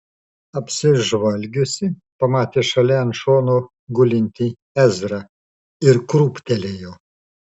apsižvalgiusi pamatė šalia ant šono gulintį ezrą ir krūptelėjo